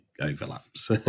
overlaps